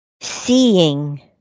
seeing